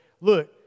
look